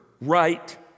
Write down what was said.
right